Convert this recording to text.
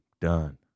done